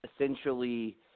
essentially